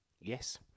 Yes